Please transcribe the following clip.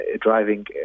driving